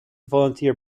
volunteer